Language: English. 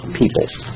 peoples